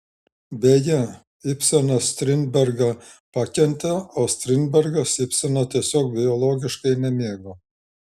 beje ibsenas strindbergą pakentė o strindbergas ibseno tiesiog biologiškai nemėgo